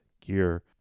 gear